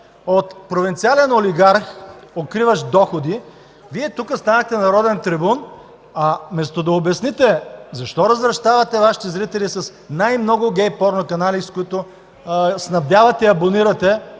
От провинциален олигарх, укриващ доходи, Вие тук ставате народен трибун, вместо да обясните защо развращавате Вашите зрители с най-много гей порно канали, с които снабдявате и абонирате